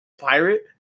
Pirate